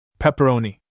Pepperoni